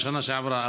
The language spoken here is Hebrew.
מהשנה שעברה,